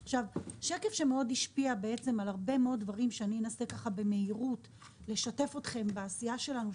אני אנסה לשתף אתכם במהירות בעשייה שלנו,